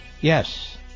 Yes